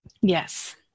Yes